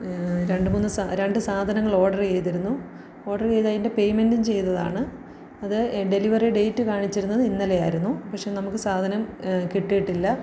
രണ്ട് മൂന്ന് സാ രണ്ട് സാധനങ്ങളോഡറെയ്തിരുന്നു ഓർഡര് ചെയ്തതിന്റെ പേയ്മെൻറ്റും ചെയ്തതാണ് അത് ഡെലിവറി ഡേറ്റ് കാണിച്ചിരുന്നത് ഇന്നലെ ആരുന്നു പക്ഷേ നമുക്ക് സാധനം കിട്ടിയിട്ടില്ല